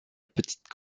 petite